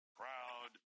proud